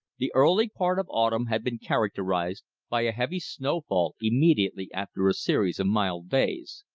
the early part of autumn had been characterized by a heavy snow-fall immediately after a series of mild days.